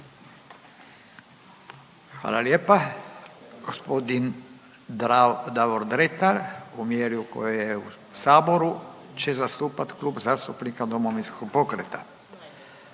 Hvala lijepa. Gospodin Davor Dretar u mjeri u kojoj je saboru će zastupat Klub zastupnika Domovinskog pokreta.